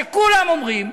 כולם אומרים,